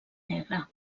negre